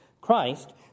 Christ